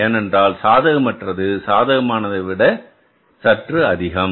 ஏனென்றால் சாதகமற்றது சாதகமானதை விட சற்று அதிகம்